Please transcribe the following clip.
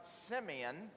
Simeon